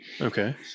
Okay